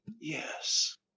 Yes